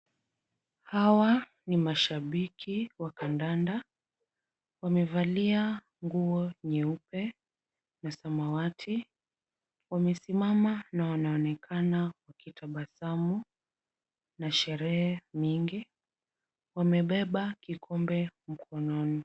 Hawa ni mashabiki wa kandanda. Wamevalia nguo nyeupe na samawati. Wamesimama na wanaonekana wakitabasamu na sherehe mingi. Wamebeba kikombe mkononi.